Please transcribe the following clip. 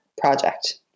project